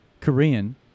Korean